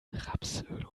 rapsöl